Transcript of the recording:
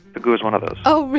pigou is one of those oh, really?